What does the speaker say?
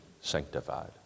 sanctified